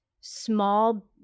small